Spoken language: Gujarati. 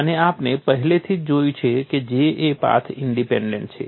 અને આપણે પહેલેથી જ જોયું છે કે J એ પાથ ઇન્ડેપેન્ડેન્ટ છે